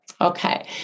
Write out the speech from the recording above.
Okay